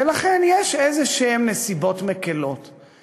ולכן יש נסיבות מקילות כלשהן.